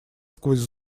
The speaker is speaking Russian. сквозь